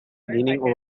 leaning